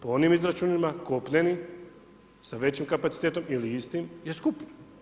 Po onim izračunima kopneni, sa većim kapacitetom ili istim je skuplji.